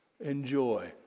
Enjoy